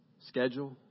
Schedule